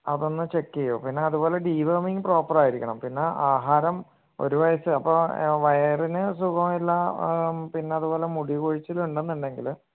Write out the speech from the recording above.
അതൊന്ന് ചെക്ക് ചെയ്യുമോ പിന്നെ അതുപോലെ ഡിവോർമിങ് പ്രോപ്പർ ആയിരിക്കണം പിന്ന ആഹാരം ഒരു വയസ്സ് അപ്പം വയറിന് സുഖം ഇല്ല പിന്നെ അതുപോലെ മുടികൊഴിച്ചിൽ ഉണ്ട് എന്നുണ്ടെങ്കിൽ